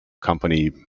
company